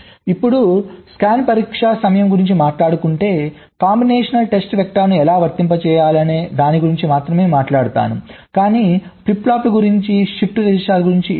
ఇప్పుడు స్కాన్ పరీక్ష సమయం గురించి మాట్లాడుకుంటే కాంబినేషన్ టెస్ట్ వెక్టర్స్ను ఎలా వర్తింపజేయాలనే దాని గురించి మాత్రమే మాట్లాడతాను కాని ఫ్లిప్ ఫ్లాప్ల గురించి షిఫ్ట్ రిజిస్టర్లు గురించి ఏమీ మాట్లాడను